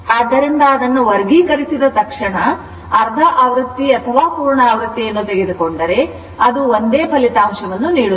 ಆದ್ದರಿಂದ ಅದನ್ನು ವರ್ಗೀಕರಿಸಿದ ತಕ್ಷಣ ಅರ್ಧಆವೃತ್ತಿ ಅಥವಾ ಪೂರ್ಣ ಆವೃತ್ತಿಯನ್ನು ತೆಗೆದುಕೊಂಡರೆ ಅದು ಒಂದೇ ಫಲಿತಾಂಶವನ್ನು ನೀಡುತ್ತದೆ